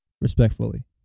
Respectfully